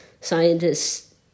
scientists